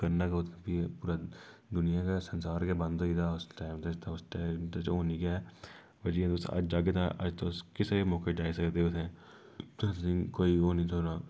कन्नै गै उत्थै फ्ही दुनिया गै ससांर गै बंद होई गेदा हा उस टैम ते उस टैम ते होनी गै पर जियां तुस अज्ज जाह्गे तां अज तुस किसै बी मौके जाई सकदे उत्थै अतें कोई ओह् नी थोह्ड़ा